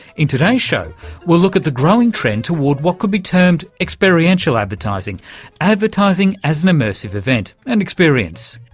in today's show we'll look at the growing trend toward what could be termed experiential advertising advertising as an immersive event an experience.